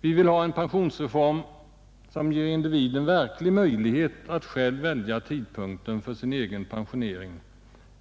Vi vill ha en pensionsreform som ger individen verklig möjlighet att själv välja tidpunkten för sin egen pensionering